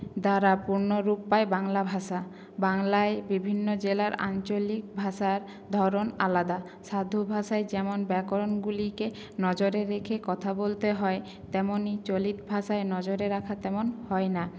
দ্বারা পূর্ণ রূপ পায় বাংলা ভাষা বাংলায় বিভিন্ন জেলার আঞ্চলিক ভাষার ধরণ আলাদা সাধু ভাষায় যেমন ব্যাকরণগুলিকে নজরে রেখে কথা বলতে হয় তেমনি চলিত ভাষায় নজরে রাখা তেমন হয় না